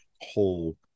whole